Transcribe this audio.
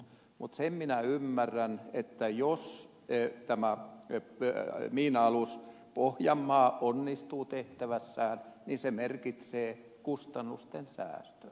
mutta sen minä ymmärrän että jos tämä miina alus pohjanmaa onnistuu tehtävässään niin se merkitsee kustannusten säästöä